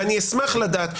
ואני אשמח לדעת.